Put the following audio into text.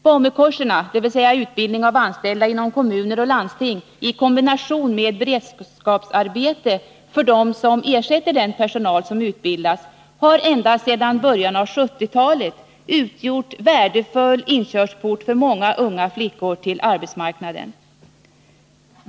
BAMU-kurserna, dvs. utbildning av anställda inom kommuner och landsting i kombination med beredskapsarbete för dem som ersätter den personal som utbildas, har ända sedan början av 1970-talet utgjort en värdefull inkörsport för många unga flickor till arbetsmarknaden.